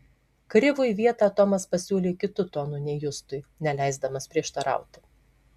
krivui vietą tomas pasiūlė kitu tonu nei justui neleisdamas prieštarauti